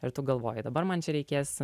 ir tu galvoji dabar man čia reikės